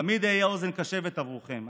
תמיד אהיה אוזן קשבת עבורכם.